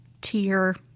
tier